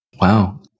wow